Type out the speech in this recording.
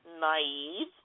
naive